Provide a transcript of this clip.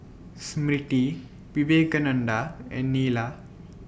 Smriti Vivekananda and Neila